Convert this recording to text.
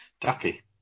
Ducky